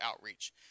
outreach